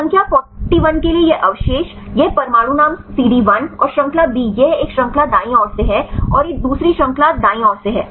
संख्या 41 के लिए यह अवशेष यह परमाणु नाम सीडी 1 और श्रृंखला बी यह एक श्रृंखला दाईं ओर से है और यह दूसरी श्रृंखला दाईं ओर से है